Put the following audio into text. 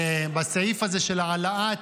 בסעיף הזה של העלאת